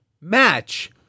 match